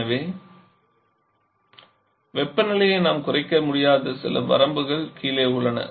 எனவே வெப்பநிலையை நாம் குறைக்க முடியாத சில வரம்புகள் கீழே உள்ளன